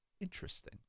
Interesting